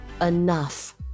enough